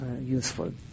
useful